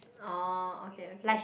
oh okay okay